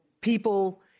people